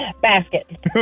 basket